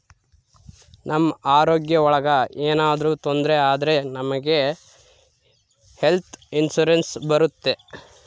ನಮ್ ಆರೋಗ್ಯ ಒಳಗ ಏನಾದ್ರೂ ತೊಂದ್ರೆ ಆದ್ರೆ ನಮ್ಗೆ ಹೆಲ್ತ್ ಇನ್ಸೂರೆನ್ಸ್ ಬರುತ್ತೆ